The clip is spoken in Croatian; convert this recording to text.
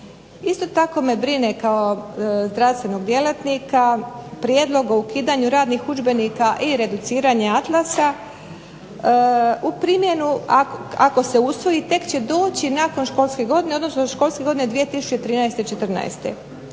Isto tako me brine kao zdravstvenog djelatnika prijedlog o ukidanju radnih udžbenika i reduciranje atlasa u primjenu ako se usvoji tek će doći nakon školske godine odnosno školske godine 2013./14.